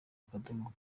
akadomo